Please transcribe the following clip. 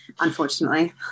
unfortunately